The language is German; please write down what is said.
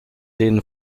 denen